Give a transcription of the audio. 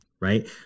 right